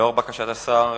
לאור בקשת השר,